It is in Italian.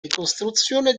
ricostruzione